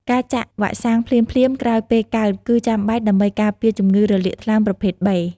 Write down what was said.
ការចាក់វ៉ាក់សាំងភ្លាមៗក្រោយពេលកើតគឺចាំបាច់ដើម្បីការពារជំងឺរលាកថ្លើមប្រភេទ B។